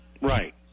Right